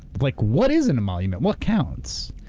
like what is an emolument? what counts?